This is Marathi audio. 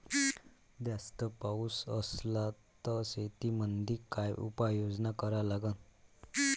जास्त पाऊस असला त शेतीमंदी काय उपाययोजना करा लागन?